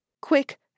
quick